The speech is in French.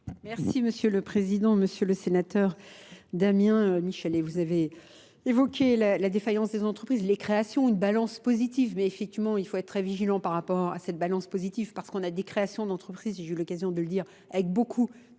Merci Monsieur le Président, Monsieur le Sénateur Damien Michelet. Vous avez évoqué la défaillance des entreprises. Les créations ont une balance positive mais effectivement il faut être très vigilant par rapport à cette balance positive parce qu'on a des créations d'entreprises, j'ai eu l'occasion de le dire, avec beaucoup de